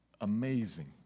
Amazing